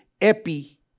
epi